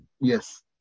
Yes